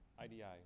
IDI